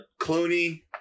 Clooney